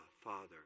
Father